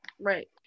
Right